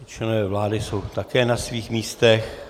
Členové vlády jsou také na svých místech.